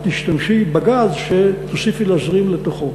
את תשתמשי בגז שתוסיפי להזרים לתוכו.